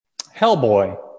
Hellboy